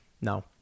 No